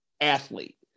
athlete